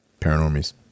Paranormies